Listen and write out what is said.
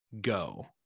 Go